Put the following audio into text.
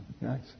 Nice